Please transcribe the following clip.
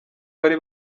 bari